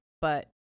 but-